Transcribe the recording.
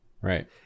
Right